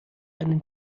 einen